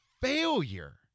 failure